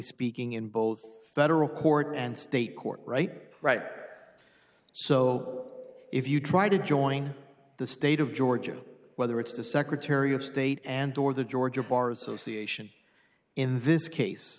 speaking in both federal court and state court right right so if you try to join the state of georgia whether it's the secretary of state and or the georgia bar association in this case